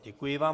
Děkuji vám.